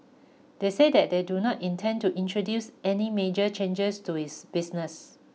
they said that they do not intend to introduce any major changes to its business